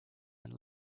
and